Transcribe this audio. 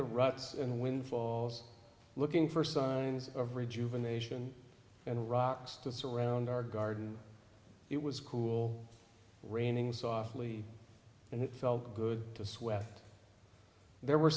the ruts and windfalls looking for signs of rejuvenation and rocks to surround our garden it was cool raining softly and it felt good to sweat there were